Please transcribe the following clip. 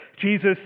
Jesus